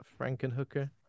Frankenhooker